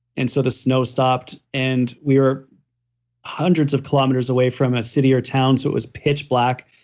and so the snow stopped and we were hundreds of kilometers away from a city or town, so it was pitch black,